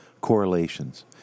correlations